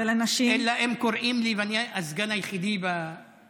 אלא אם כן קוראים לי ואני הסגן היחידי במליאה.